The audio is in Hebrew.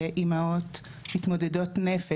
שאימהות מתמודדות נפש,